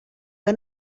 que